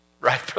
Right